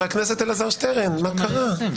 חבר הכנסת אלעזר שטרן, מה קרה?